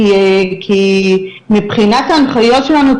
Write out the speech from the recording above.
כי מבחינת ההנחיות שלנו,